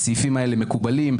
הסעיפים האלה מקובלים?